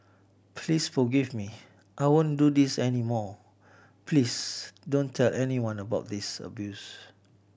please forgive me I won't do this any more please don't tell anyone about this abuse